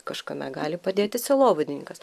kažkame gali padėti sielovadininkas